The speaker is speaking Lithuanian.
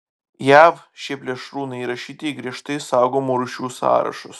jav šie plėšrūnai įrašyti į griežtai saugomų rūšių sąrašus